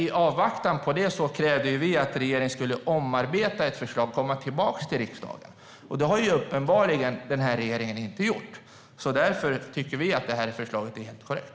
I avvaktan på det krävde vi att regeringen skulle omarbeta ett förslag och komma tillbaka till riksdagen. Det har uppenbarligen regeringen inte gjort. Därför tycker vi att förslaget är helt korrekt.